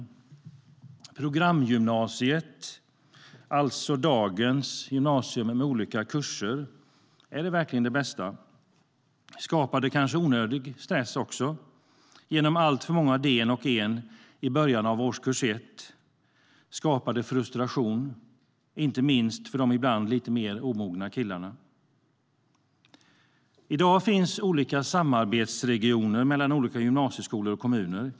Är programgymnasiet, alltså dagens gymnasium, med olika kurser verkligen det bästa? Skapar det kanske onödig stress? Alltför många D:n och E:n i början av årskurs 1 skapar frustration, inte minst för de ibland lite mer omogna killarna.I dag finns olika samarbetsregioner, mellan olika gymnasieskolor och kommuner.